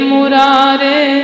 Murare